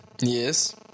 Yes